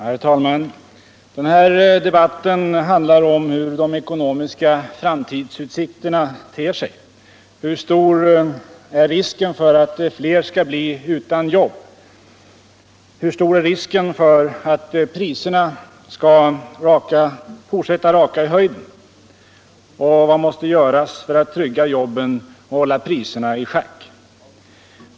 Herr talman! Den här debatten handlar om hur de ekonomiska framtidsutsikterna ter sig. Hur stor är risken för att fler skall bli utan jobb? Hur stor är risken för att priserna skall fortsätta att raka i höjden? Vad måste göras för att trygga jobben och hålla priserna i schack?